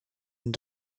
and